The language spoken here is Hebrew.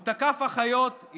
הוא תקף אחיות,